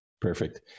Perfect